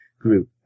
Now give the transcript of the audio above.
group